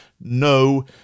no